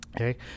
okay